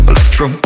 Electro